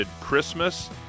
Christmas